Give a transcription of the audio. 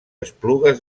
esplugues